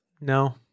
No